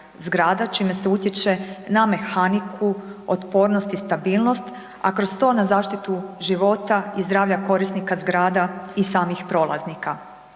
zgrada čime se utječe na mehaniku, otpornost i stabilnost, a kroz to na zaštitu života i zdravlja korisnika zgrada i samih prolaznika.